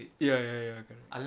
ya ya ya correct